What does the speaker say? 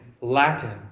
Latin